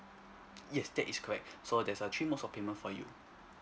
yes that is correct so there's a three mode of payments for you